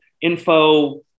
info